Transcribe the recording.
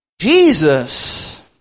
Jesus